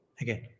Again